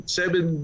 seven